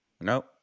No